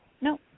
No